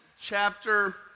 chapter